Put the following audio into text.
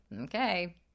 Okay